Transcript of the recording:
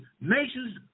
nations